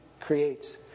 creates